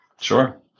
Sure